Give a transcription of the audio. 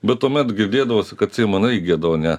bet tuomet girdėdavosi kad seimo nariai gieda o ne